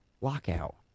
Lockout